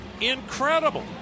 Incredible